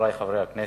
חברי חברי הכנסת,